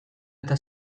eta